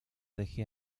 dejé